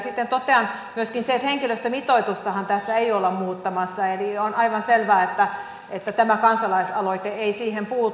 sitten totean myöskin että henkilöstömitoitustahan tässä ei olla muuttamassa eli on aivan selvää että tämä kansalaisaloite ei siihen puutu